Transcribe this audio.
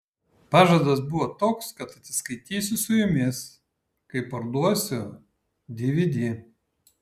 pažadas buvo toks kad atsiskaitysiu su jumis kai parduosiu dvd